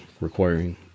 requiring